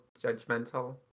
judgmental